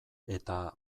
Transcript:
eta